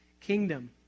kingdom